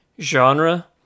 genre